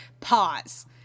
Pause